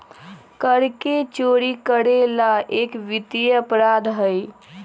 कर के चोरी करे ला एक वित्तीय अपराध हई